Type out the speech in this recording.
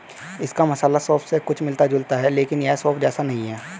इसका मसाला सौंफ से कुछ मिलता जुलता है लेकिन यह सौंफ जैसा नहीं है